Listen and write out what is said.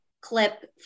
clip